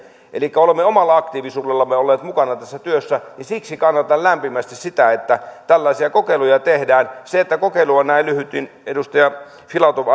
elikkä olemme omalla aktiivisuudellamme olleet mukana tässä työssä ja siksi kannatan lämpimästi sitä että tällaisia kokeiluja tehdään kokeilu on näin lyhyt ja edustaja filatov